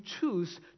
choose